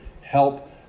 help